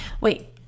Wait